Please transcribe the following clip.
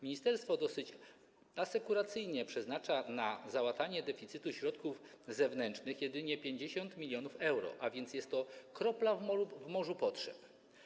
Ministerstwo dosyć asekuracyjnie przeznacza na załatanie deficytu środków zewnętrznych jedynie 50 mln euro, a więc jest to kropla w morzu potrzeb.